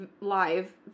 live